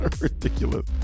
ridiculous